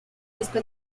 disco